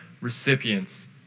recipients